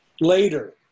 Later